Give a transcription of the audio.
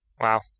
Wow